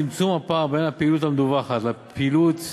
צמצום הפער בין הפעילות המדווחת לפעילות בפועל,